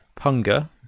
Punga